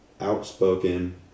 outspoken